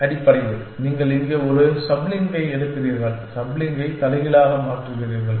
அடிப்படையில் நீங்கள் இங்கே ஒரு சப் லிங்கை எடுக்கிறீர்கள் சப் லிங்கை தலைகீழாக மாற்றுகிறீர்கள்